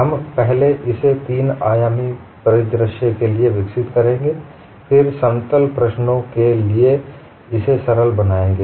हम पहले इसे तीन आयामी परिदृश्य के लिए विकसित करेंगे फिर समतलर प्रश्नों के लिए इसे सरल बनाएंगें